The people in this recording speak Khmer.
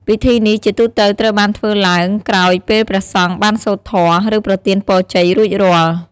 ពិធីនេះជាទូទៅត្រូវបានធ្វើឡើងក្រោយពេលព្រះសង្ឃបានសូត្រធម៌ ឬប្រទានពរជ័យរួចរាល់។